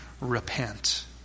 repent